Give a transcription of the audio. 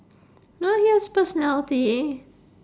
no he has personality